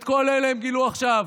את כל אלה הם גילו עכשיו.